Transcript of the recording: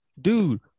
dude